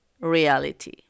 reality